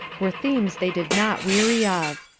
were themes they did not weary of.